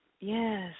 Yes